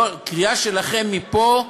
קריאה שלכם מפה,